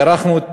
הארכנו את